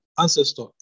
ancestor